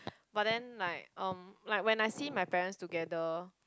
but then like um like when I see my parents together